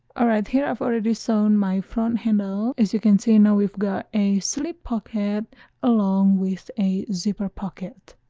all right here i've already sewn my front handle as you can see now we've got a slip pocket along with a zipper pocket